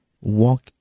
walk